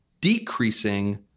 decreasing